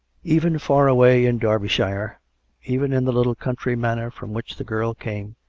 even far away in derbyshire a even in the little country manor from which the girl came,